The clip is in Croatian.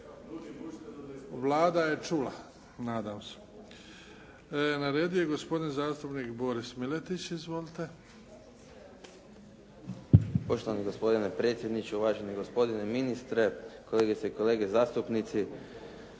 Vlada je čula. Nadam se. Na redu je gospodin zastupnik Boris Miletić. Izvolite. **Miletić, Boris (IDS)** Poštovani gospodine predsjedniče, uvaženi gospodine ministre, kolegice i kolege zastupnici.